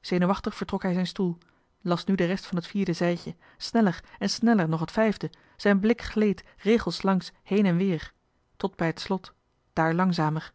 zenuwachtig vertrok hij zijn stoel las nu de rest van het vierde zijdje sneller en sneller nog het vijfde zijn blik gleed regelslangs heen en weer tot bij het slot daar langzamer